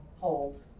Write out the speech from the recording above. hold